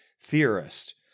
theorist